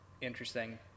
interesting